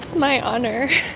my honor.